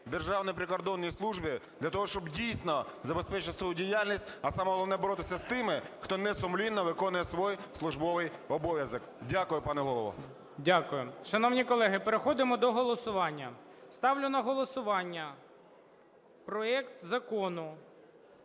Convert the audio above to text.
Державній прикордонній службі для того, щоб, дійсно, забезпечити свою діяльність. А саме головне боротися з тими, хто несумлінно виконує свій службовий обов'язок. Дякую, пане Голово. ГОЛОВУЮЧИЙ. Дякую. Шановні колеги, переходимо до голосування. Ставлю на голосування проект закону,